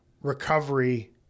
recovery